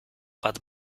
bat